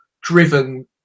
driven